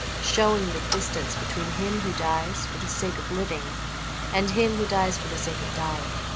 showing the distance between him who dies for the sake of living and him who dies for the sake of dying.